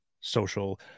social